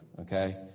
okay